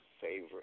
favorite